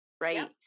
right